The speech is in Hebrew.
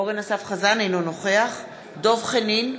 אינו נוכח דב חנין,